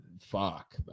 Fuck